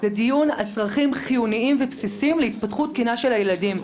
זה דיון על צרכים חיוניים ובסיסיים להתפתחות תקינה של ילדים.